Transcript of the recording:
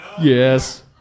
Yes